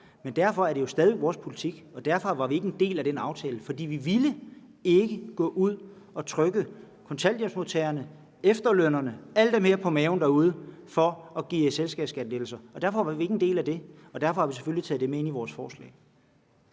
men det er stadig vores politik, og derfor var vi ikke en del af den aftale, for vi ville ikke gå ud og trykke kontanthjælpsmodtagerne og efterlønnerne mere på maven derude for at give selskabsskattelettelser. Derfor var vi ikke en del af det, og derfor har vi selvfølgelig taget det med ind i vores forslag.